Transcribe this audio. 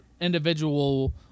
individual